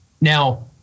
Now